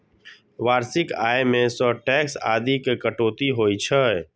वार्षिक आय मे सं टैक्स आदिक कटौती होइ छै